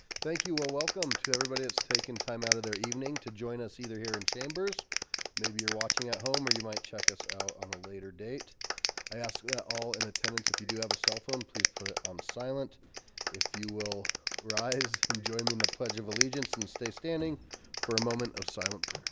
thank you. well, ah welcome to everybody that's taken time out of their evening to join us either here in chambers maybe you're watching at home or you might check us out on a later date i ask that all in attendance if you do have a cell phone, please put it on silent if you will rise in join me in the pledge of allegiance and stay standing for a moment of silent